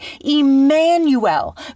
Emmanuel